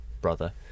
brother